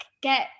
get